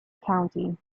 county